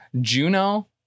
Juno